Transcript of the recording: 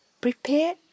Prepare